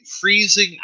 freezing